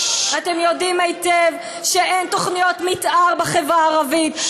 ואתם יודעים היטב שאין תוכניות מתאר בחברה הערבית,